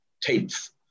tapes